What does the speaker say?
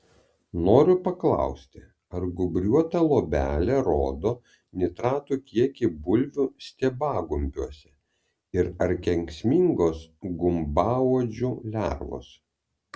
noriu paklausti ar gūbriuota luobelė rodo nitratų kiekį bulvių stiebagumbiuose ir ar kenksmingos gumbauodžių lervos